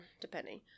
depending